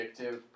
addictive